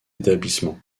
établissement